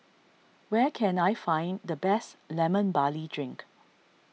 where can I find the best Lemon Barley Drink